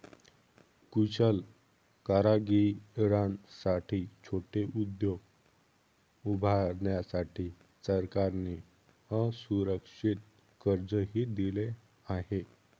कुशल कारागिरांसाठी छोटे उद्योग उभारण्यासाठी सरकारने असुरक्षित कर्जही दिले आहे